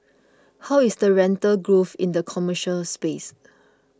how is the rental growth in the commercial space